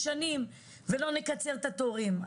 שנים ולא נקצר את התורים.